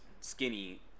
skinny